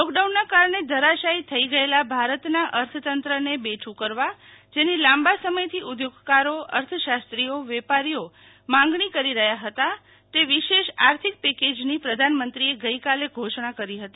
લોકડાઉનના કારણે ધરાશાયી થઈ ગયેલા ભારતના અર્થતંત્રને બેઠું કરવા જેની લાંબા સમયથી ઉદ્યોગકારો અર્થશાસ્ત્રીઓ વેપારીઓ માંગણી કરી રહ્યા હતા તે વિશેષ આર્થિક પેકેજની પ્રધાનમંત્રીએ ગઈકાલે ઘોષણા કરી હતી